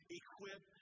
equip